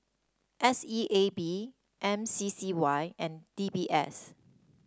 S E A B M C C Y and D B S